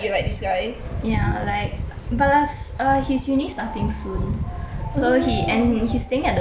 ya like but las~ err his uni starting soon so he and he's staying at the dorms